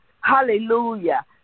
Hallelujah